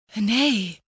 Nay